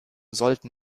sollten